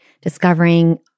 discovering